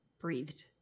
breathed